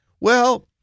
Well-